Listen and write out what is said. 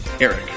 Eric